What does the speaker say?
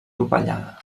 dovellada